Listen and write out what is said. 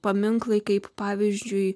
paminklai kaip pavyzdžiui